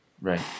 Right